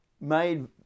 made